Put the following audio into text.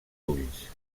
ulls